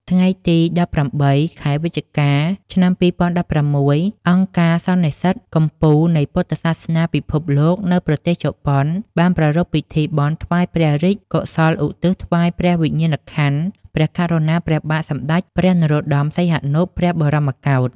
ថ្ងៃទី១៨ ខែវិច្ឆិកា ឆ្នាំ២០១៦ អង្គការសន្និសីទកំពូលនៃពុទ្ធសាសនាពិភពលោកនៅប្រទេសជប៉ុន បានប្រារព្ធពិធីបុណ្យថ្វាយព្រះរាជកុសលឧទ្ទិសថ្វាយព្រះវិញ្ញាណក្ខន្ធព្រះករុណាព្រះបាទសម្ដេចព្រះនរោត្ដម សីហនុ ព្រះបរមរតនកោដ្ឋ។